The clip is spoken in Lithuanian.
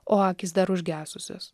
o akys dar užgesusios